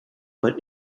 but